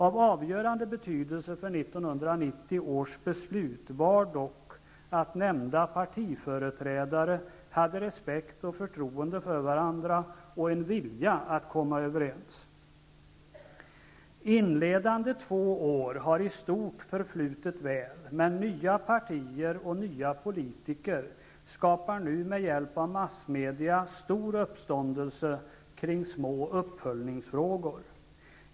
Av avgörande betydelse för 1990 års beslut var dock att nämnda partiföreträdare hade respekt och förtroende för varandra och en vilja att komma överens. Dessa inledande två år har i stort förflutit väl. Men nya partier och nya politiker skapar nu med hjälp av massmedia stor uppståndelse kring små uppföljningsfrågor.